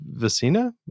Vecina